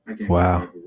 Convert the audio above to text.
Wow